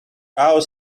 our